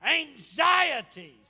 anxieties